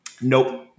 Nope